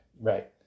Right